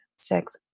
six